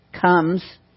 comes